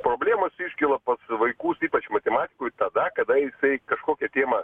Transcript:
problemos iškilo pas vaikus ypač matematikoj tada kada jisai kažkokią temą